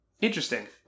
Interesting